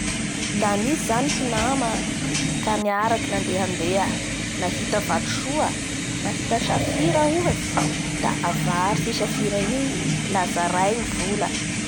Eeee! La misy mpinama maromaro zay ka nandehandeha reo ka nahita vato soa da ino ny ataony avarotsy vatosoa igny a avidy zaray ny vola.